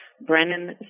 Brennan